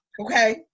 okay